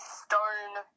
stone